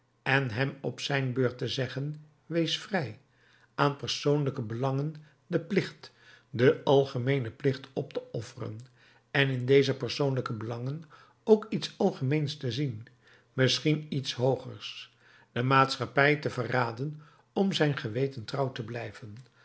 en hem op zijn beurt te zeggen wees vrij aan persoonlijke belangen den plicht den algemeenen plicht op te offeren en in deze persoonlijke belangen ook iets algemeens te zien misschien iets hoogers de maatschappij te verraden om zijn geweten trouw te blijven